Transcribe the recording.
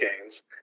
gains